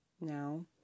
Now